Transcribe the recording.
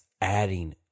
adding